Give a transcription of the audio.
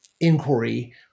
inquiry